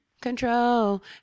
Control